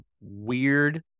weird